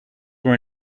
were